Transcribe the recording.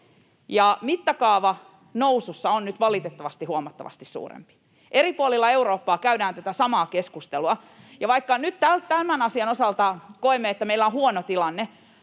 mittakaava nousussa on nyt valitettavasti huomattavasti suurempi. Eri puolilla Eurooppaa käydään tätä samaa keskustelua, ja vaikka nyt tämän asian osalta koemme, että meillä on huono tilanne,